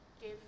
give